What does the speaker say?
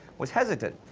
was hesitant,